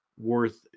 worth